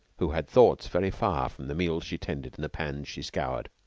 who had thoughts very far from the meals she tended and the pans she scoured.